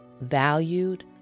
valued